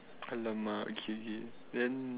alamak okay K then